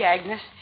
Agnes